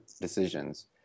decisions